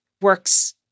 works